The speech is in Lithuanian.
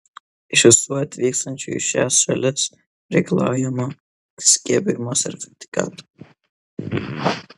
iš visų atvykstančių į šias šalis reikalaujama skiepijimo sertifikato